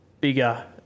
bigger